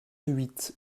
huit